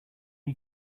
you